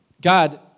God